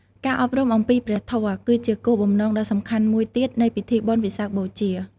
ការអប់រំអំពីព្រះធម៌ គឺជាគោលបំណងដ៏សំខាន់មួយទៀតនៃពិធីបុណ្យវិសាខបូជា។